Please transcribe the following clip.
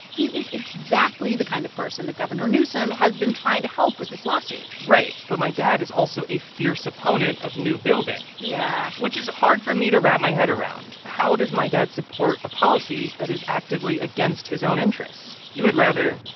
he is exactly the kind of person that governor newsom has been trying to help with this lawsuit right. but my dad is also a fierce opponent of new building yeah which is hard for me to wrap my head around. how does my dad support a policy that is actively against his own interests? you would rather